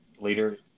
later